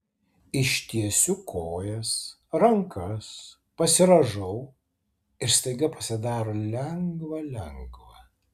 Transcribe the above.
ištiesiu kojas rankas pasirąžau ir staiga pasidaro lengva lengva